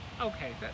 Okay